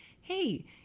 hey